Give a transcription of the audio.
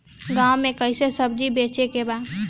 गांव से कैसे सब्जी बेचे के बा?